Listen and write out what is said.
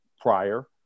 prior